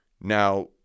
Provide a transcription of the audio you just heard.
Now